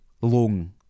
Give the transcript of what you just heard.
lung